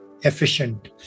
efficient